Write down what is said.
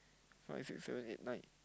five six seven eight nine